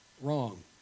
wrong